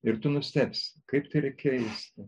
ir tu nustebsi kaip tai yra keista